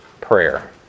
prayer